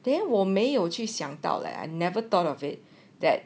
then 我没有去想到 like I never thought of it that